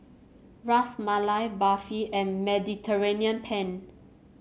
Ras Malai Barfi and Mediterranean Penne